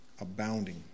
abounding